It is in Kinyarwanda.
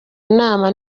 inama